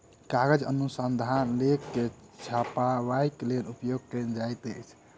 कागज अनुसंधान लेख के छपाईक लेल उपयोग कयल जाइत अछि